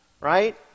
right